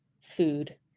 food